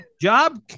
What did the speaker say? Job